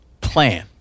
plan